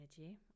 energy